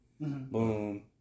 boom